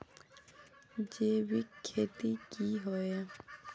जैविक खेती की होय?